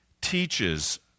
teaches